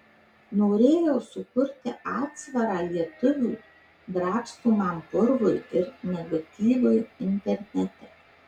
norėjau sukurti atsvarą lietuvių drabstomam purvui ir negatyvui internete